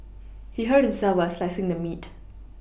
he hurt himself while slicing the meat